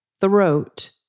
throat